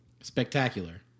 spectacular